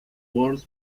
world